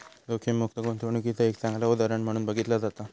जोखीममुक्त गुंतवणूकीचा एक चांगला उदाहरण म्हणून बघितला जाता